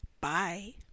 Bye